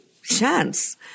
chance